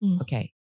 Okay